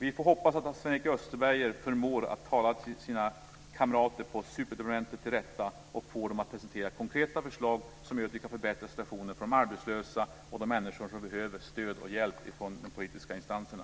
Vi får hoppas att Sven-Erik Österberg förmår att tala sina kamrater på superdepartementet till rätta och få dem att presentera konkreta förslag som gör att vi kan förbättra situationen för de arbetslösa och de människor som behöver stöd och hjälp från de politiska instanserna.